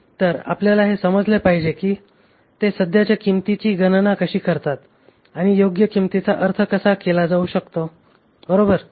तर आपल्याला हे समजले पाहिजे की ते सध्याच्या किंमतीची गणना कशी करतात आणि योग्य किंमतीचा अर्थ कसा केला जाऊ शकतो बरोबर